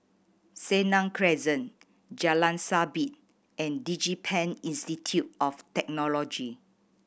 Senang Crescent Jalan Sabit and DigiPen Institute of Technology